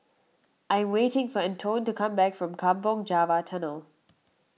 I am waiting for Antone to come back from Kampong Java Tunnel